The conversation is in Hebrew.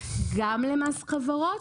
גם למס חברות,